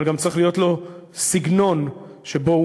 אבל גם צריך להיות לו סגנון שבו הוא